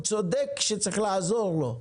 צודק שצריך לעזור לו,